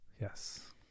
yes